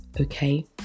Okay